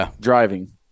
driving